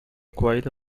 quite